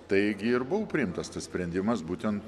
taigi ir buvo priimtas tas sprendimas būtent